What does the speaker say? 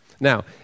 Now